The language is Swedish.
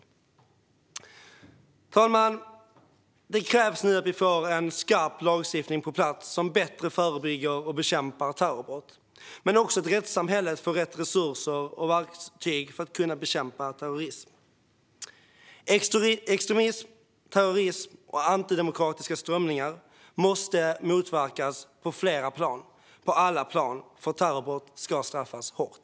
Fru talman! Det krävs nu att vi får en skarp lagstiftning på plats som bättre förebygger och bekämpar terrorbrott, men också att rättssamhället får rätt resurser och verktyg för att kunna bekämpa terrorism. Extremism, terrorism och antidemokratiska strömningar måste motverkas på flera plan, på alla plan. Terrorbrott ska straffas hårt.